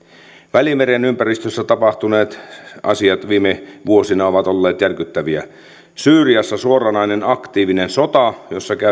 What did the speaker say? välimeren ympäristössä tapahtuneet asiat viime vuosina ovat olleet järkyttäviä syyriassa suoranainen aktiivinen sota